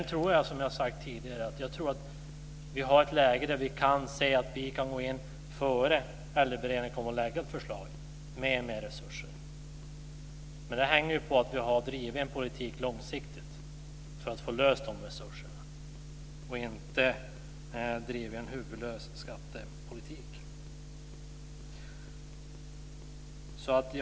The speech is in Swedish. Jag tror, som jag har sagt tidigare, att vi har ett läge där vi kan gå in med mera resurser innan Äldreberedningen lägger fram ett förslag. Det är beror på att vi långsiktigt har bedrivit en politik för att få loss resurser. Vi har inte drivit en huvudlös skattepolitik.